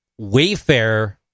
Wayfair